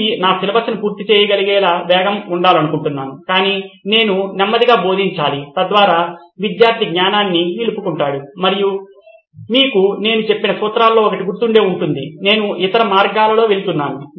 నేను నా సిలబస్ను పూర్తి చేయగలిగేలా వేగంగా ఉండాలనుకుంటున్నాను కాని నేను నెమ్మదిగా బోధించాలి తద్వారా విద్యార్థి జ్ఞానాన్ని నిలుపుకుంటాడు మరియు మీకు నేను చెప్పిన సూత్రాలలో ఒకటి గుర్తుండే వుంటుంది నేను ఇతర మార్గాల్లో వెళుతున్నాను